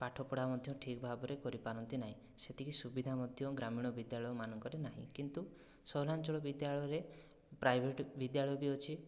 ପାଠ ପଢ଼ା ମଧ୍ୟ ଠିକ ଭାବରେ କରିପାରନ୍ତି ନାହିଁ ସେତିକି ସୁବିଧା ମଧ୍ୟ ଗ୍ରାମୀଣ ବିଦ୍ୟାଳୟମାନଙ୍କରେ ନାହିଁ କିନ୍ତୁ ସହରାଞ୍ଚଳ ବିଦ୍ୟାଳୟରେ ପ୍ରାଇଭେଟ୍ ବିଦ୍ୟାଳୟ ବି ଅଛି